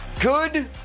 good